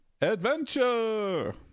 adventure